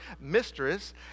mistress